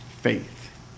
faith